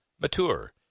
mature